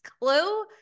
clue